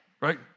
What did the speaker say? right